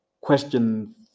question